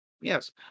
Yes